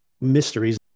mysteries